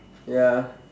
ya